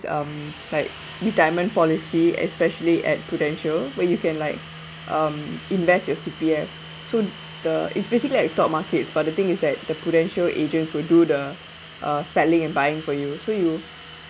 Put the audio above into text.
um like retirement policy especially at Prudential where you can like um invest your C_P_F so the it's basically like stock markets but the thing is that the Prudential agents could do the uh selling and buying for you so you